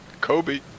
Kobe